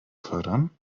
fördern